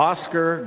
Oscar